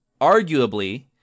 arguably